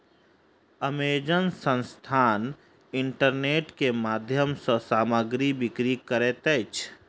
Amazon संस्थान internet के माध्यम सॅ सामग्री बिक्री करैत अछि